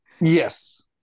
Yes